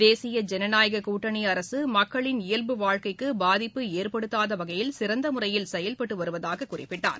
தேசிய ஜனநாயக கூட்டணி அரசு மக்களின் இயல்பு வாழ்க்கைக்கு பாதிப்பு ஏற்படுத்தாத வகையில் சிறந்த முறையில் செயல்பட்டு வருவதாக குறிப்பிட்டார்